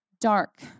dark